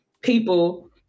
people